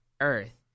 earth